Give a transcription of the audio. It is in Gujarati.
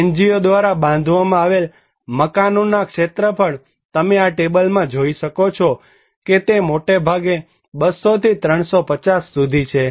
NGO દ્વારા બાંધવામાં આવેલ મકાનોના ક્ષેત્રફળ તમે આ ટેબલમાં જોઈ શકો છો કે તે મોટેભાગે 200 થી 350 સુધી છે